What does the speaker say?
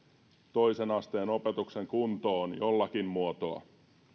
toisen asteen opetuksen kuntoon jollakin muotoa